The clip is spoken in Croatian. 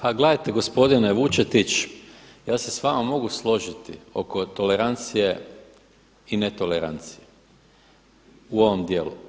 Pa gledajte gospodine Vučetić, ja se s vama mogu složiti oko tolerancije i netolerancije u ovom dijelu.